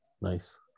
Nice